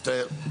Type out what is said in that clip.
מצטער.